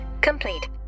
complete